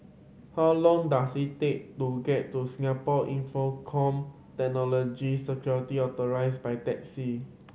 how long does it take to get to Singapore Infocomm Technology Security by taxi